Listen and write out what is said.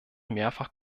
mehrfach